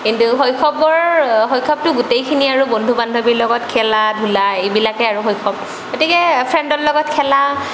কিন্তু শৈশৱৰ শৈশৱটো গোটেইখিনি আৰু বন্ধু বান্ধৱীৰ লগত খেলা ধূলা এইবিলাকেই আৰু শৈশৱ গতিকে ফ্ৰেণ্ডৰ লগত খেলা